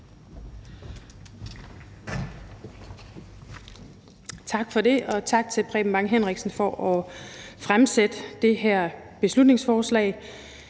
Tak for det, og tak til Preben Bang Henriksen m.v. for at fremsætte det her beslutningsforslag.